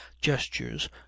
gestures